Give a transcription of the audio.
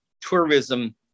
tourism